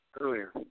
earlier